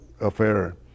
affair